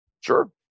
Sure